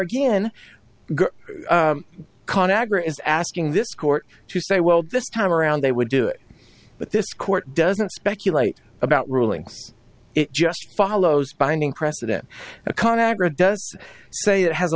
again con agra is asking this court to say well this time around they would do it but this court doesn't speculate about rulings it just follows binding precedent a con agra does say it has a